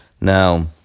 Now